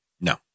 No